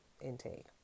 intake